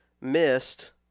missed